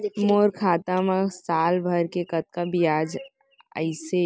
मोर खाता मा साल भर के कतका बियाज अइसे?